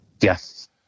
yes